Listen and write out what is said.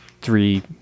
three